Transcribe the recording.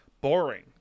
boring